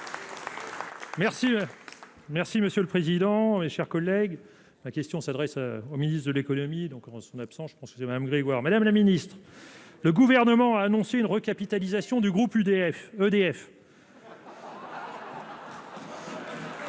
merci, monsieur le président, mes chers collègues, ma question s'adresse au ministre de l'économie, donc en son absence, je pense que c'est Madame Grégoire, madame la ministre. Le gouvernement a annoncé une recapitalisation du groupe UDF